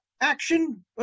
action